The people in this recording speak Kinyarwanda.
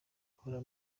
rukora